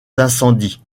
d’incendie